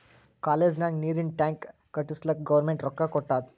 college ನಾಗ್ ನೀರಿಂದ್ tank ಕಟ್ಟುಸ್ಲಕ್ ಗೌರ್ಮೆಂಟ್ ರೊಕ್ಕಾ ಕೊಟ್ಟಾದ್